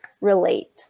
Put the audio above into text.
relate